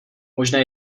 možné